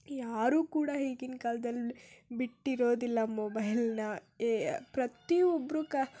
ಯಾರು ಕೂಡ ಈಗಿನ ಕಾಲ್ದಲ್ಲಿ ಬಿಟ್ಟಿರೋದಿಲ್ಲ ಮೊಬೈಲನ್ನ ಎ ಪ್ರತಿಯೊಬ್ಬರು ಕ